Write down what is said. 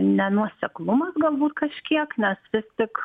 nenuoseklumas galbūt kažkiek nes vis tik